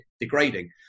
degrading